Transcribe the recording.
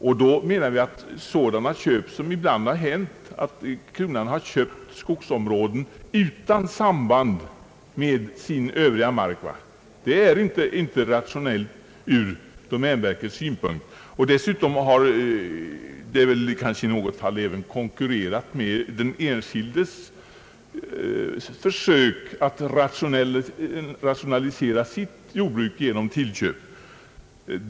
Vi anser att sådana köp som ibland gjorts, där kronan köpt enstaka skogsområden utan samband med sin övriga mark, inte är rationella ur domänverkets synpunkt. Dessutom har det ibland även förekommit konkurrens med den enskildes försök att rationalisera sitt jordbruk genom tillköp.